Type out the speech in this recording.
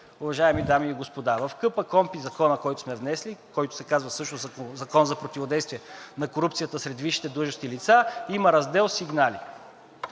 уважаеми дами и господа. В КПКОНПИ закона, който сме внесли, който всъщност се казва Закон за противодействие на корупцията сред висшите длъжности лица, има раздел „Сигнали“.